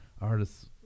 artists